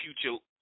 future